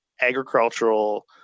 agricultural